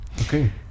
okay